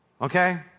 Okay